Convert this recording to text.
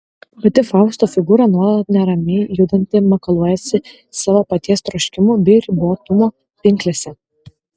pati fausto figūra nuolat neramiai judanti makaluojasi savo paties troškimų bei ribotumo pinklėse